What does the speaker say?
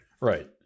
Right